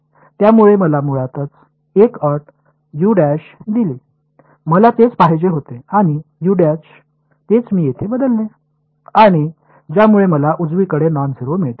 त्यामुळे मला मुळातच एक अट दिली मला तेच पाहिजे होते आणि तेच मी येथे बदलले आणि त्यामुळे मला उजवीकडे नॉन झेरो मिळते